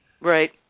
Right